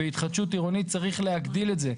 בהתחדשות עירונית צריך להגדיל את זה.